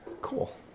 Cool